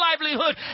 livelihood